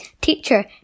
Teacher